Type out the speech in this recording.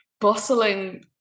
bustling